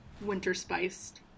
winter-spiced